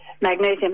magnesium